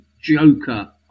Joker